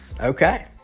Okay